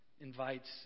invites